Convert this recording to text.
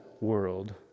world